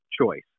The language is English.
choice